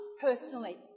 personally